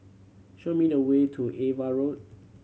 show me the way to Ava Road